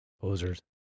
Posers